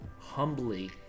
humbly